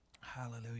Hallelujah